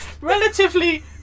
relatively